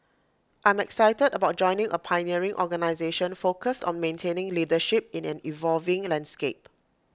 I'm excited about joining A pioneering organisation focused on maintaining leadership in an evolving landscape